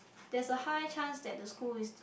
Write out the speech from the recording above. there is a high chance that the school is